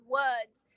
words